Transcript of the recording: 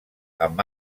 amb